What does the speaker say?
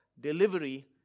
Delivery